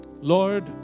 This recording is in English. Lord